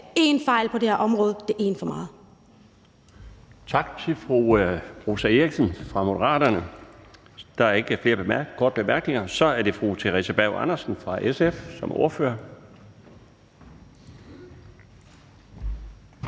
Den fg. formand (Bjarne Laustsen): Tak til fru Rosa Eriksen fra Moderaterne. Der er ikke flere korte bemærkninger. Så er det fru Theresa Berg Andersen som ordfører for